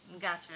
Gotcha